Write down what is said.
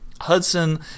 Hudson